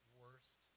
worst